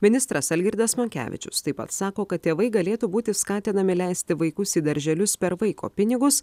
ministras algirdas monkevičius taip pat sako kad tėvai galėtų būti skatinami leisti vaikus į darželius per vaiko pinigus